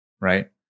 Right